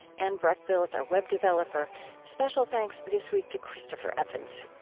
anne breckbill is our web developer special thanks this week to christopher evans.